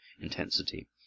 intensity